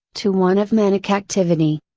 to one of manic activity.